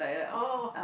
oh